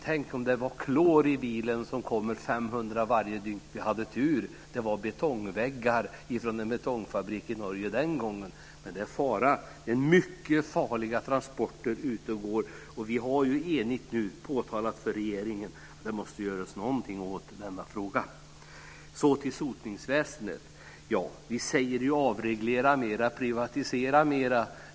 Tänk om det var klor i bilen. Det kommer 500 sådana varje dygn. Vi hade tur, det var betongväggar från en betongfabrik i Norge den gången. Men det är mycket farliga transporter ute på vägarna. Vi har nu enigt påtalat för regeringen att det måste göras någonting åt denna fråga. Så till sotningsväsendet. Vi säger ju avreglera mera, privatisera mera.